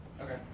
Okay